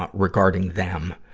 regarding them,